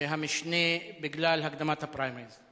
המשנה, בגלל הקדמת הפריימריס.